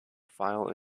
file